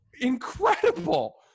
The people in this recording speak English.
incredible